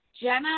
Jenna